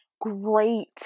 great